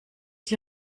die